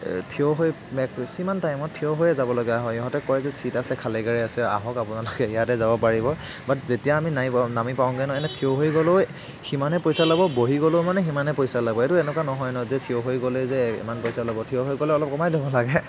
ঠিয় হৈ মেক্সিমাম টাইমত ঠিয় হৈয়েই যাব লগা হয় ইহঁতে কয় যে ছিট আছে খালী গাড়ী আছে আহক আপোনালোকে ইয়াতে যাব পাৰিব বাট যেতিয়া আমি নামি পাওঁ নামি পাওঁগৈ ন এনেই ঠিয় হৈ গ'লেও সিমানেই পইচা ল'ব বহি গ'লেও মানে সিমানেই পইচা ল'ব এইটো এনেকুৱা নহয় ন যে ঠিয় হৈ গ'লে যে ইমান পইচা লব ঠিয় হৈ গ'লে অলপ কমাই ল'ব লাগে